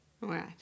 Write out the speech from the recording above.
Right